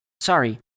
sorry